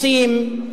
רוצים,